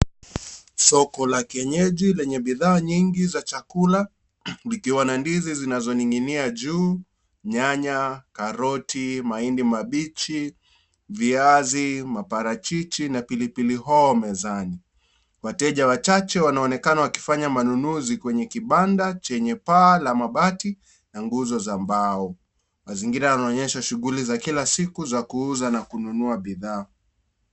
Soko a kienyeji lenye bidhaa nyingi za chakula zikiwa na ndizi zinazoning'inia juu, nyanya, karoti, mahindi mabichi, viazi, maparachichi na pilipili hoho mezani. Wateja wachache wanaonekana wakifanya manunuzi kwenye kibanda chenye paa la mabati na nguzo za mbao. Mazingira yanaonyesha shughuli za kila siku za kuuza na kununua bidhaa.